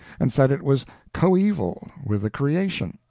and said it was coeval with the creation.